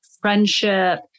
friendship